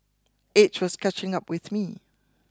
age was catching up with me